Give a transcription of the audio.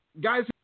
Guys